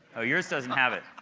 yours doesn't have it.